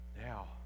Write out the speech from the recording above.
Now